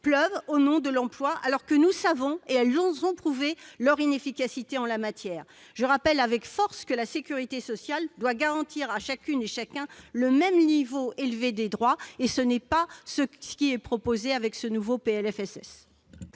pleuvent au nom de l'emploi, alors que chacun sait qu'elles ont prouvé leur inefficacité en la matière. Je rappelle avec force que la sécurité sociale doit garantir à chacune et à chacun le même niveau élevé de droits. Ce n'est pas ce que vous proposez avec le présent projet